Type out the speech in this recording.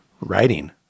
writing